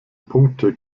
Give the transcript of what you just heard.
punkte